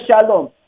shalom